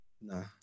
No